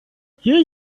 you